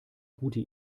gute